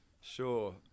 Sure